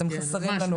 אתם חסרים לנו בדיונים.